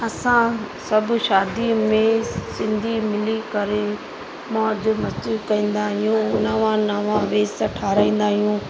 असां सभु शादीअ में सिंधी मिली करे मौज मस्ती कंदा आहियूं नवां नवां वेस ठाहिराईंदा आहियूं